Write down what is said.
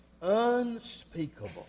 unspeakable